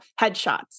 headshots